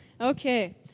Okay